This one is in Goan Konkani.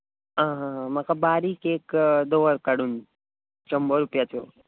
आं हां हां म्हाका बारीक एक दवर काडून शंबर रुपयांच्यो